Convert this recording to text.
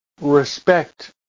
respect